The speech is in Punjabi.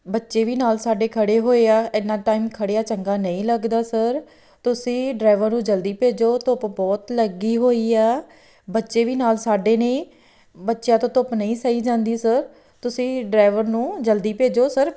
ਬੱਚੇ ਵੀ ਨਾਲ ਸਾਡੇ ਖੜੇ ਹੋਏ ਆ ਇੰਨਾ ਟਾਈਮ ਖੜਿਆਂ ਚੰਗਾ ਨਹੀਂ ਲੱਗਦਾ ਸਰ ਤੁਸੀਂ ਡਰਾਈਵਰ ਨੂੰ ਜਲਦੀ ਭੇਜੋ ਧੁੱਪ ਬਹੁਤ ਲੱਗੀ ਹੋਈ ਆ ਬੱਚੇ ਵੀ ਨਾਲ ਸਾਡੇ ਨੇ ਬੱਚਿਆਂ ਤੋਂ ਧੁੱਪ ਨਹੀਂ ਸਹੀ ਜਾਂਦੀ ਸਰ ਤੁਸੀਂ ਡਰਾਈਵਰ ਨੂੰ ਜਲਦੀ ਭੇਜੋ ਸਰ